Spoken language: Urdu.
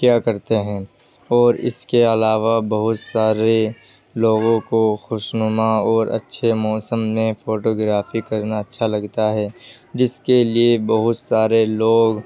کیا کرتے ہیں اور اس کے علاوہ بہت سارے لوگوں کو خوشنما اور اچھے موسم میں فوٹوگرافی کرنا اچھا لگتا ہے جس کے لیے بہت سارے لوگ